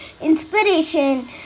inspiration